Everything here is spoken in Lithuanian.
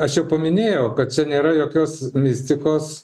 aš jau paminėjau kad čia nėra jokios mistikos